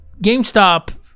GameStop